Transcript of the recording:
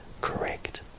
correct